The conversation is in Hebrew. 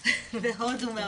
מיכל,